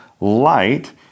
light